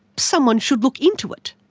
someone should look into it.